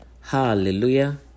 hallelujah